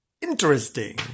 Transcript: Interesting